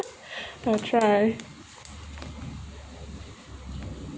for a try